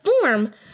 form